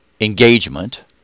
engagement